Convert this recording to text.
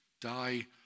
die